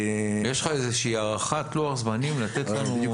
איזשהי הערכת לוח זמנים לתת לנו?